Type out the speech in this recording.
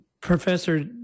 Professor